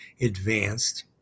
advanced